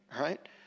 right